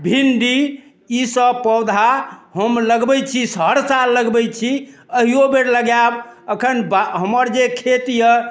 भिण्डी ई सभ पौधा हम लगबै छी हर साल लगबै छी अहियो बेर लगायब एखन बा हमर जे खेत यऽ